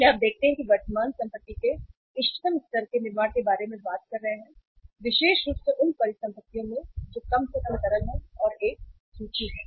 इसलिए आप देखते हैं कि हम वर्तमान संपत्ति के इष्टतम स्तर के निर्माण के बारे में बात कर रहे हैं विशेष रूप से उन परिसंपत्तियों में जो कम से कम तरल हैं और एक सूची है